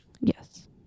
Yes